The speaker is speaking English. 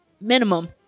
minimum